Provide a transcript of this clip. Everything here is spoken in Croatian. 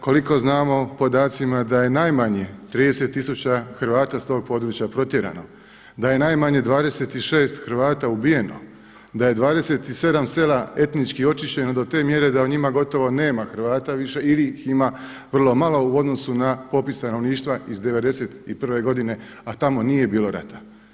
Koliko znamo o podacima da je najmanje 30 tisuća Hrvata sa tog područja protjerano, da je najmanje 26 Hrvata ubijeno, da je 27 sela etnički očišćeno do te mjere da u njima gotovo nema Hrvata više ili ih ima vrlo malo u odnosu na popis stanovništva iz '91. godine a tamo nije bilo rata?